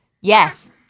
yes